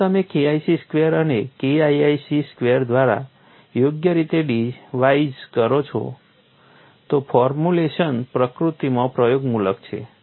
જો તમે KIC square અને KIIC સ્ક્વેર દ્વારા યોગ્ય રીતે ડિવાઈડ કરો છો તો ફોર્મ્યુલેશન પ્રકૃતિમાં પ્રયોગમૂલક છે